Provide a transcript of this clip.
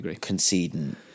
conceding